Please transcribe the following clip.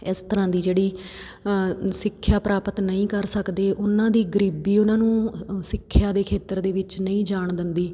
ਇਸ ਤਰ੍ਹਾਂ ਦੀ ਜਿਹੜੀ ਸਿੱਖਿਆ ਪ੍ਰਾਪਤ ਨਹੀਂ ਕਰ ਸਕਦੇ ਉਹਨਾਂ ਦੀ ਗਰੀਬੀ ਉਹਨਾਂ ਨੂੰ ਸਿੱਖਿਆ ਦੇ ਖੇਤਰ ਦੇ ਵਿੱਚ ਨਹੀਂ ਜਾਣ ਦਿੰਦੀ